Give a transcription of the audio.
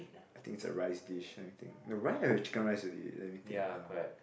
I think is a rice dish anything the rice or chicken rice already let me think um